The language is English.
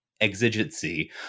exigency